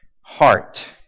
heart